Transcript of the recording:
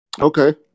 Okay